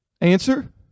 Answer